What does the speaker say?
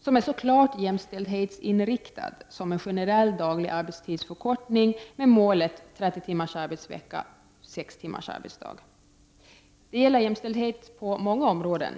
som är så klart jämställdhetsinriktad som generell daglig arbetstidsförkortning, med målet 30 timmars arbetsvecka, sex timmars arbetsdag. Det gäller jämställdhet på många olika områden.